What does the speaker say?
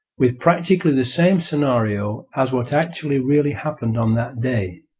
with practically the same scenario as what actually really happened on that day.